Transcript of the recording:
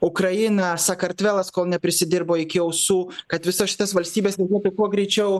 ukraina sakartvelas kol neprisidirbo iki ausų kad visas šitas valstybes reikėtų kuo greičiau